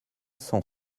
cent